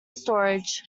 storage